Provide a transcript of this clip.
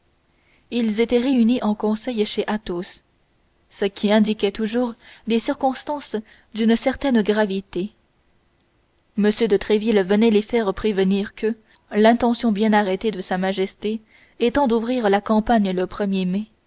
ils étaient réunis en conseil chez athos ce qui indiquait toujours des circonstances d'une certaine gravité m de tréville venait de les faire prévenir que l'intention bien arrêtée de sa majesté étant d'ouvrir la campagne le premier mai